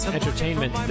Entertainment